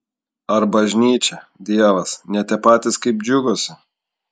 ar bažnyčia dievas ne tie patys kaip džiuguose